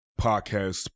podcast